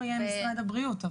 משרד הבריאות,